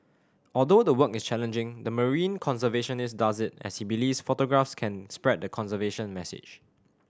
although the work is challenging the marine conservationist does it as he believes photographs can spread the conservation message